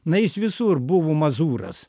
na jis visur buvo mazūras